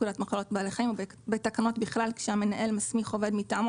פקודת מחלות בעלי חיים ובתקנות בכלל כשהמנהל מסמיך עובד מטעמו